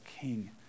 king